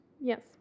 Yes